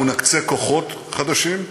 אנחנו נקצה כוחות חדשים,